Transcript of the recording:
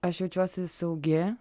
aš jaučiuosi saugi